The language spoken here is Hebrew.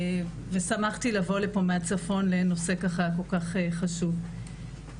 שמחתי לבוא לפה מהצפון לנושא כל כך חשוב.